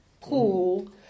pool